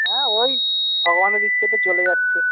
হ্যাঁ ওই ভগবানের ইচ্ছেতে চলে যাচ্ছে